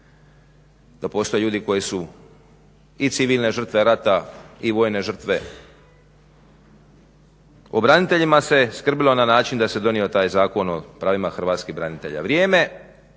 da postoje ljudi koji su i civilne žrtve rata i vojne žrtve. O braniteljima se skrbilo na način da se donio taj Zakon o pravima hrvatskih branitelja. Vrijeme